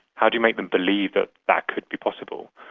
how do you make them believe that that could be possible?